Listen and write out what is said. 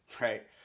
right